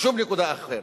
ושום נקודה אחרת.